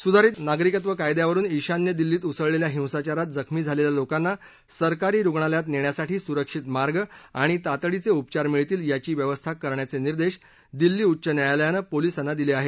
सुधारित नागरिकत्व कायद्यावरुन ईशान्य दिल्लीत उसळलेल्या हिंसाचारात जखमी झालेल्या लोकांना सरकारी रुग्णालयात नेण्यासाठी सुरक्षित मार्ग आणि तातडीचे उपचार मिळतील याची व्यवस्था करण्याचे निर्देश दिल्ली उच्च न्यायालयानं पोलिसांना दिले आहेत